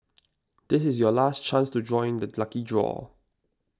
this is your last chance to join the lucky draw